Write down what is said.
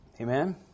Amen